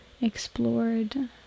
explored